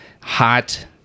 Hot